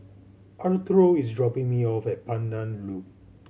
Arturo is dropping me off at Pandan Loop